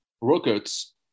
rockets